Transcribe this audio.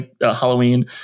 Halloween